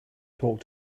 talk